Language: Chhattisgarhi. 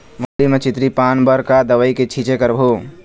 मूंगफली म चितरी पान बर का दवई के छींचे करबो?